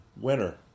winner